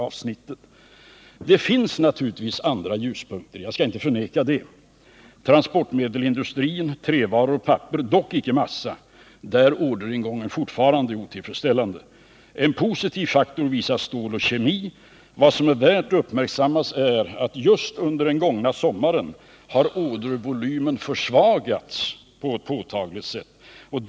Jag skall inte förneka att det naturligtvis finns andra ljuspunkter: transportmedelsindustrin, trävaror och papper — dock icke massa, där orderingången fortfarande är otillfredsställande. En positiv utveckling visar stål och kemi. Det är värt att uppmärksamma att ordervolymen just under den gångna sommaren på ett påtagligt sätt har försvagats.